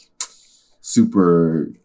super